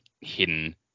hidden